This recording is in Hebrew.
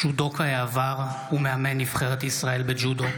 ג'ודוקא עבר ומאמן נבחרת ישראל בג'ודו,